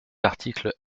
articles